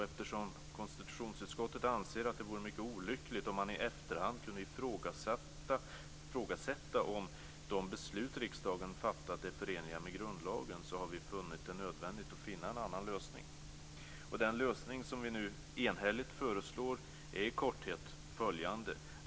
Eftersom konstitutionsutskottet anser att det vore mycket olyckligt om man i efterhand skulle kunna ifrågasätta om de beslut riksdagen fattat är förenliga med grundlagen har vi funnit det nödvändigt att finna en annan lösning. Den lösning vi nu enhälligt föreslår är i korthet följande.